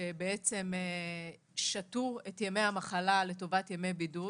בעצם שתו את ימי המחלה לטובת ימי בידוד